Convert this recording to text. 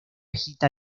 agita